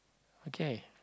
okay